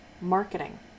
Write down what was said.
marketing